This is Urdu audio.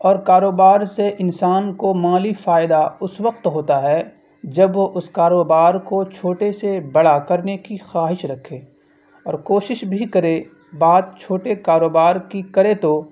اور کاروبار سے انسان کو مالی فائدہ اس وقت ہوتا ہے جب وہ اس کاروبار کو چھوٹے سے بڑا کرنے کی خواہش رکھے اور کوشش بھی کرے بات چھوٹے کاروبار کی کرے تو